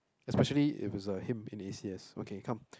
especially if it's a him in A_C_S okay come